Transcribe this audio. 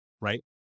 right